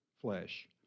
flesh